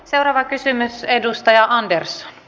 seuraava kysymys edustaja andersson